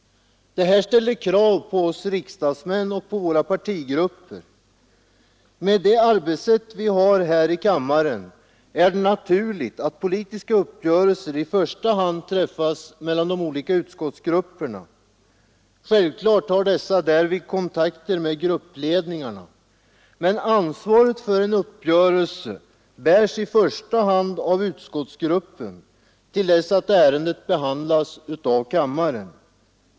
Detta ställer krav på oss riksdagsmän och våra partigrupper. Med det arbetssätt vi tillämpar här i kammaren är det naturligt att politiska uppgörelser i första hand träffas mellan de olika utskottsgrupperna. Självfallet har dessa därvid kontakter med gruppledningarna, men ansvaret för en uppgörelse bärs i första hand av utskottsgrupperna till dess att ärendet behandlas av kammaren.